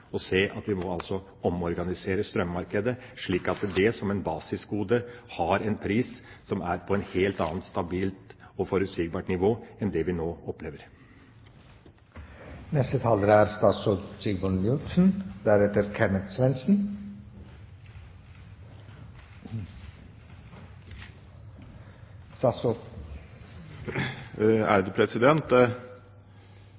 og se at vi må omorganisere strømmarkedet, slik at det som et basisgode har en pris som er på et helt annet stabilt og forutsigbart nivå enn det vi nå opplever. Det er